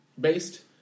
based